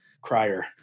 Crier